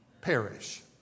perish